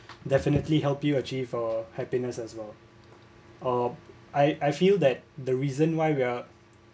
definitely help you achieve a happiness as well uh I I feel that the reason why we are